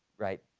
right?